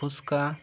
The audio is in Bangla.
ফুচকা